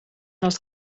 dels